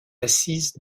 assise